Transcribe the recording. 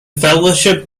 fellowship